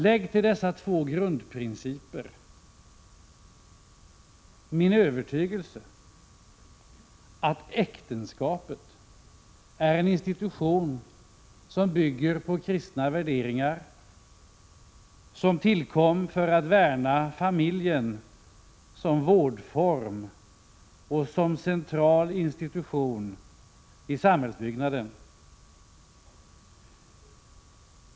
Lägg till dessa två grundprinciper min övertygelse att äktenskapet är en institution som bygger på kristna värderingar, som tillkom för att värna familjen som vårdform och som central institution i samhällsbyggnaden.